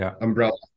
umbrella